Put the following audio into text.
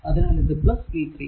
അതിനാൽ ഇത് v 3